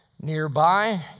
nearby